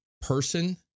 person